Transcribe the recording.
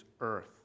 Earth